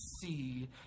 see